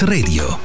Radio